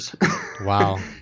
Wow